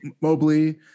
Mobley